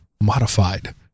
Modified